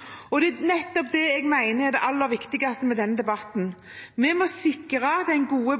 pasientene. Det er nettopp det jeg mener er det aller viktigste med denne debatten: Vi må sikre den gode